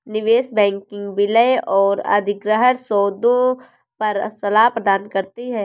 निवेश बैंकिंग विलय और अधिग्रहण सौदों पर सलाह प्रदान करती है